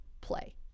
play